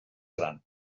gran